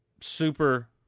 super